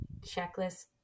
checklist